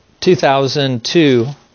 2002